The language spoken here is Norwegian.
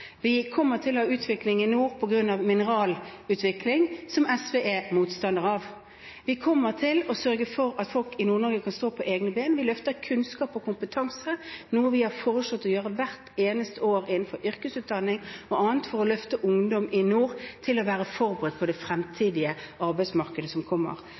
Vi kommer til å ha utvikling i nord på grunn av mineralutvinning, som SV er motstander av. Vi kommer til å sørge for at folk i Nord-Norge kan stå på egne ben. Vi løfter kunnskap og kompetanse – noe vi har foreslått å gjøre hvert eneste år innenfor yrkesutdanning og annet, for å løfte ungdommen i nord til å være forberedt på det fremtidige arbeidsmarkedet som kommer.